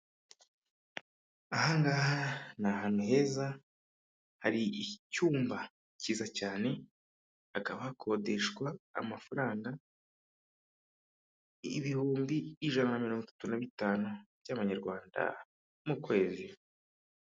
Aha ngaha ni ahantu heza hari icyumba kiza cyane, hakaba hakodeshwa amafaranga ibihumbi ijana na mirongo itanu na bitanu by'amanyarwanda mu kwezi.